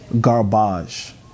garbage